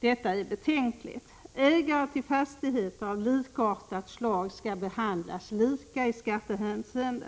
Detta är betänkligt. Ägare till fastigheter av likartat slag skall behandlas lika i skattehänseende.